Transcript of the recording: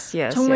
yes